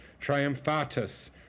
triumphatus